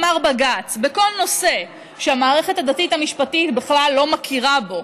אמר בג"ץ: בכל נושא שהמערכת הדתית המשפטית בכלל לא מכירה בו,